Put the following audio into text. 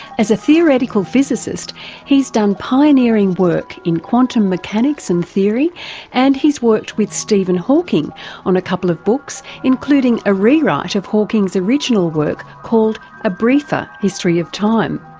as a theoretical physicist he's done pioneering work in quantum mechanics and theory and he's worked with stephen hawking on a couple of books including a rewrite of hawking's original work called a briefer history of time.